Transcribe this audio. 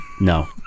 No